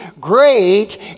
great